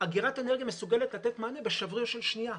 אגירת אנרגיה מסוגלת לתת מענה בשבריר של שנייה.